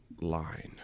line